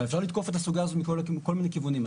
אז אפשר לתקוף את הסוגיה הזאת מכל מיני כיוונים.